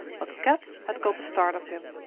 but kat had got the start of him.